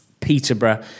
Peterborough